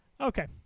Okay